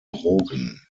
drogen